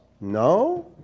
No